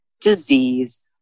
disease